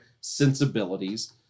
sensibilities